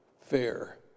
fair